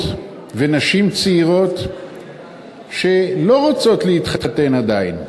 ונשים צעירות שלא רוצות להתחתן עדיין,